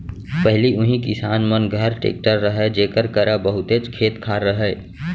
पहिली उही किसान मन घर टेक्टर रहय जेकर करा बहुतेच खेत खार रहय